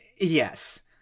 Yes